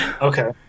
Okay